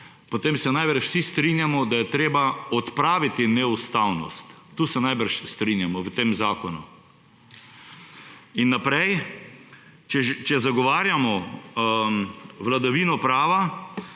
se strinjamo – vsi strinjamo, da je treba odpraviti neustavnost – tu se najbrž strinjamo – v tem zakonu. In naprej, če zagovarjamo vladavino prava,